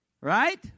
right